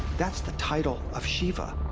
that's the title of shiva.